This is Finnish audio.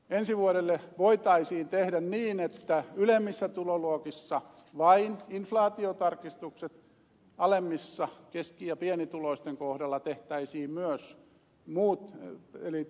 ensi vuodelle voitaisiin tehdä niin että ylemmissä tuloluokissa vain inflaatiotarkistukset alemmissa keski ja pienituloisten kohdalla tehtäisiin myös muut eli tasokevennykset